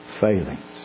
failings